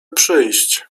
przyjść